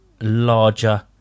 larger